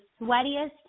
sweatiest